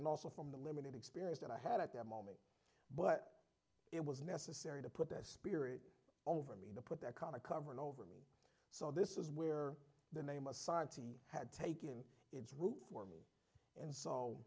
and also from the limited experience that i had at that moment but it was necessary to put a spirit over me to put that kind of covering over me so this is where the name of society had taken its root for me and so